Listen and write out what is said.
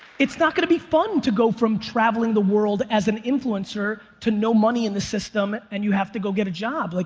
it's not going to be fun to go from traveling the world as an influencer to no money in the system and you have to go get a job. like